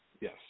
Yes